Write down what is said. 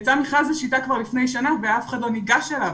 יצא מכרז ל'שיטה' כבר לפני שנה ואף אחד לא ניגש אליו.